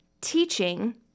teaching